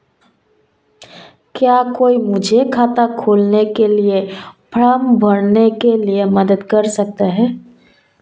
क्या कोई मुझे खाता खोलने के लिए फॉर्म भरने में मदद कर सकता है?